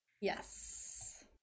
Yes